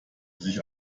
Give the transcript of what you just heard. sich